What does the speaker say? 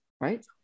right